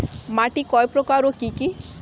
মাটি কয় প্রকার ও কি কি?